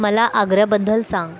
मला आग्र्याबद्दल सांग